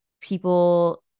people